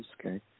okay